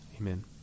Amen